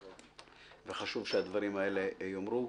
וחשוב שהדברים האלה ייאמרו.